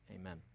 Amen